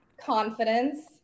confidence